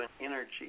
energy